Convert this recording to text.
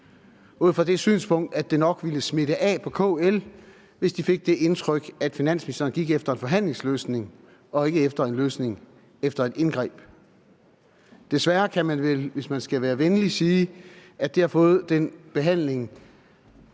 ud fra det synspunkt at det nok ville smitte af på KL, hvis de fik det indtryk, at finansministeren gik efter en forhandlingsløsning og ikke efter et indgreb. Desværre kan man vel – hvis man skal være venlig – sige, at det har fået den behandling,